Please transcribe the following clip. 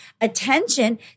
attention